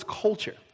culture